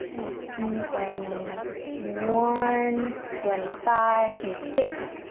twenty one, twenty five, twenty six,